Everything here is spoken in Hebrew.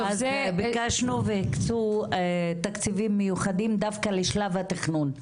ביקשנו והקצו תקציבים מיוחדים דווקא לשלב התכנון.